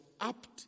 apt